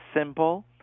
simple